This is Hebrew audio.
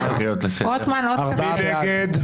מי נגד?